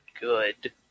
good